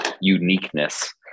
uniqueness